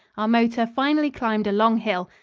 our motor finally climbed a long hill,